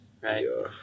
right